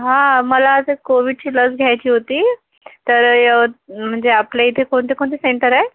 हां मला असे कोविडची लस घ्यायची होती तर यवत् म्हणजे आपल्या इथे कोणते कोणते सेंटर आहे